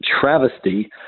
travesty